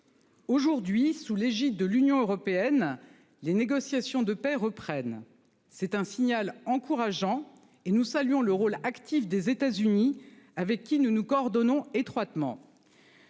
Aujourd'hui, sous l'égide de l'Union européenne. Les négociations de paix reprennent. C'est un signal encourageant et nous saluons le rôle actif des États-Unis avec qui nous nous coordonnons étroitement.